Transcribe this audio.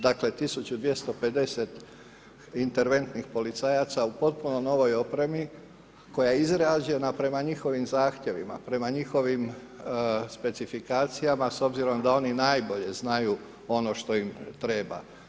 Dakle, 1250 interventnih policajaca u potpuno novoj opremi koja je izrađena prema njihovim zahtjevima, prema njihovim specifikacijama, s obzirom da oni najbolje znaju ono što im treba.